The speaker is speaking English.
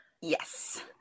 yes